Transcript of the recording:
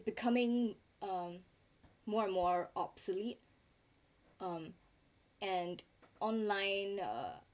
becoming uh more and more obsolete um and online uh